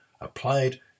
applied